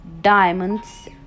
diamonds